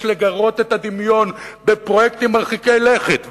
יש לגרות את הדמיון בפרויקטים מרחיקי לכת.